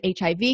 HIV